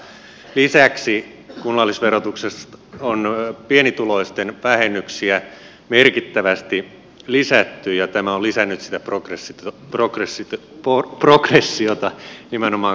lisäksi kunnallisverotuksessa on pienituloisten vähennyksiä merkittävästi lisätty ja tämä oli sen itse ja progress on lisännyt sitä progressiota nimenomaan kuntaverotuksen puolella